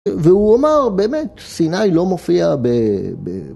‫והוא אומר, באמת, ‫סיני לא מופיע ב...